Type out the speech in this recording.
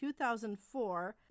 2004